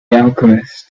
alchemist